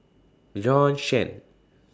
Bjorn Shen